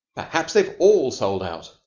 perhaps they've all sold out!